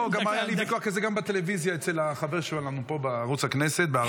היה לי ויכוח כזה גם בטלוויזיה אצל החבר שלנו פה בערוץ הכנסת בערבית.